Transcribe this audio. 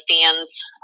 fans